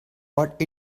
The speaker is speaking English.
what